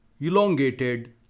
elongated